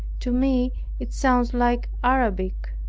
to me it sounds like arabic.